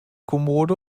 kommode